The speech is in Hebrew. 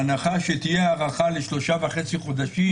ההנחה שתהיה הארכה לשלושה חודשים וחצי,